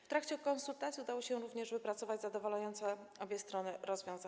W trakcie konsultacji udało się również wypracować zadowalające obie strony rozwiązanie.